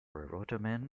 reutemann